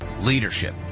leadership